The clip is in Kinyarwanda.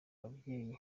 ababyeyi